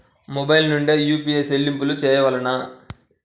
Mobile నుండే UPI చెల్లింపులు చేయవలెనా?